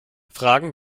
fragen